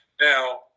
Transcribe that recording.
Now